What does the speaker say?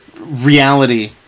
reality